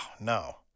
no